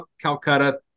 calcutta